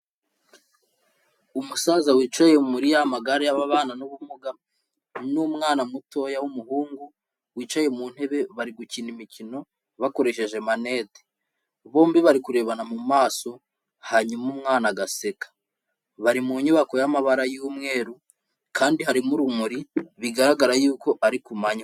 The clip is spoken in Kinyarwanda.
Umusaza wicaye muri ya magare y'ababana n'ubumuga n'umwana mutoya w'umuhungu wicaye mu ntebe bari gukina imikino, bakoresheje manete, bombi bari kurebana mu maso hanyuma umwana agaseka, bari mu nyubako y'amabara y'umweru kandi harimo urumuri, bigaragara yuko ari ku manywa.